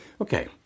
Okay